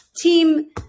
team